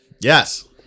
Yes